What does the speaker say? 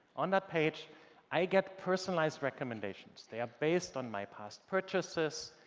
on that page i get personalized recommendations. they are based on my past purchases,